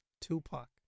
Tupac